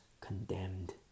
condemned